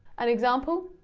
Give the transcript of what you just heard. an example,